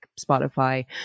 Spotify